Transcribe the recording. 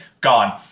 gone